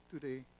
today